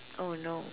oh no